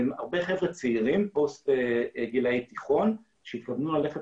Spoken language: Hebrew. הרבה חבר/ה צעירים או בגילי תיכון שהתכוונו ללכת